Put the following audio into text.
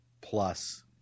plus